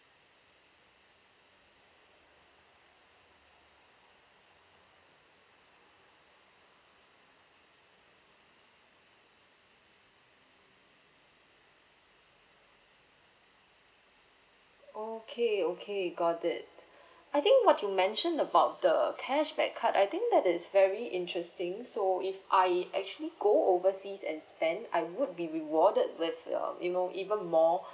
okay okay got it I think what you mention about the cashback card I think that is very interesting so if I actually go overseas and spend I would be rewarded with um you know even more